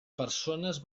persones